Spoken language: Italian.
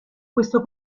questo